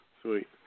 Sweet